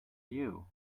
you